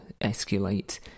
escalate